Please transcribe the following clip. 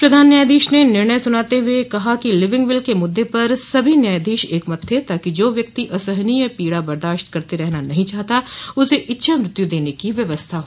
प्रधान न्यायाधीश ने निर्णय सुनाते हुए कहा कि लिविंग विल के मुद्दे पर सभी न्यायाधीश एकमत थे ताकि जो व्यक्ति असहनीय पीड़ा बर्दाश्त करते रहना नहीं चाहता उसे इच्छा मृत्यु देने की व्यवस्था हो